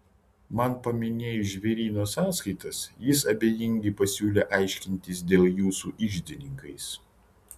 man paminėjus žvėryno sąskaitas jis abejingai pasiūlė aiškintis dėl jų su iždininkais